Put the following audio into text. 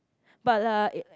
but like